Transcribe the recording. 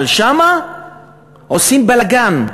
אבל שם עושים בלגן,